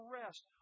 rest